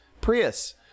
Prius